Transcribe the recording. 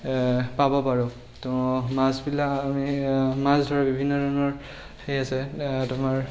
পাব পাৰোঁ তো মাছবিলাক আমি মাছ বিভিন্ন ধৰণৰ সেই আছে তোমাৰ